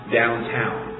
downtown